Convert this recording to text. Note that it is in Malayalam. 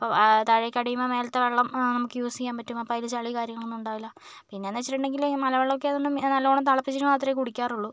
അപ്പോൾ താഴേക്കടിയുമ്പോൾ മേലത്തെ വെള്ളം നമുക്ക് യൂസ് ചെയ്യാൻ പറ്റും അപ്പം അതിൽ ചളി കാര്യങ്ങളൊന്നും ഉണ്ടാകില്ല പിന്നെയെന്ന് വെച്ചിട്ടുണ്ടെങ്കിൽ മലവെള്ളമൊക്കെ ആയതുകൊണ്ടും നല്ലവണ്ണം തളപ്പിച്ചിട്ട് മാത്രമേ കുടിക്കാറുള്ളു